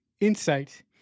insight